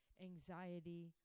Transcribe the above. anxiety